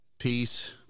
Peace